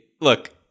look